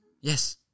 Yes